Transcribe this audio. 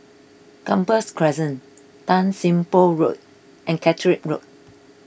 Gambas Crescent Tan Sim Boh Road and Caterick Road